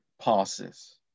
passes